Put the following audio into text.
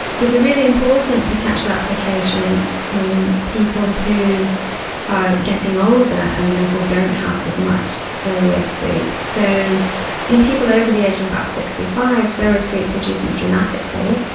there is a really important potential application in people who are getting older and therefore don't have as much slow wave sleep. so in people over the age of about sixty five, slow wave sleep reduces dramatically,